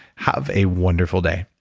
have a wonderful day